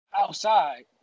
outside